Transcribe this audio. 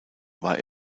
war